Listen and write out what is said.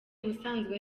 usanzwe